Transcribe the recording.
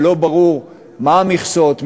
כשלא ברור מה המכסות,